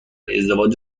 ازدواج